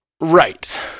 Right